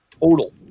total